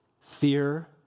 Fear